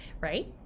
right